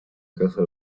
caza